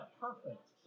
perfect